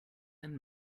and